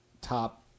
Top